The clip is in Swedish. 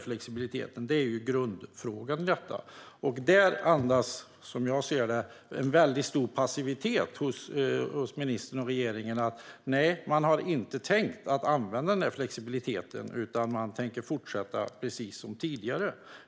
Detta är grundfrågan, och där finns, som jag ser det, en stor passivitet hos ministern och regeringen. Nej, man har inte tänkt använda flexibiliteten, utan man tänker fortsätta precis som tidigare.